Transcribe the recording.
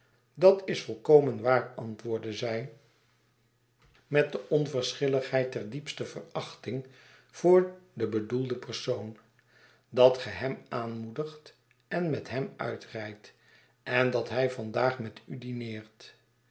bat is volkomen waar antwoordde zij met de onverschilligheid der diepste verachting voor den bedoelden persoon bat ge hem aanmoedigt en met hem uitrijdt en dat hij vandaag met u dineert